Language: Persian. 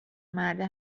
مرده